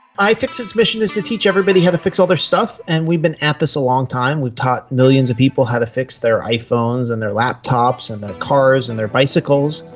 ifixit's mission is to teach everybody how to fix all their stuff, and we've been at this a long time, we've taught millions of people how to fix their iphones and their laptops and their cars and their bicycles.